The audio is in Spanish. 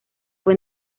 fue